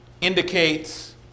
indicates